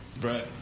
right